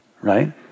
right